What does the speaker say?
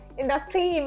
industry